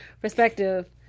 perspective